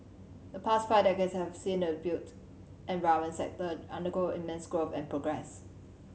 the past five decades have seen the built environment sector undergo immense growth and progress